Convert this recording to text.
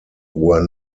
were